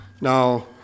Now